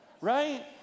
Right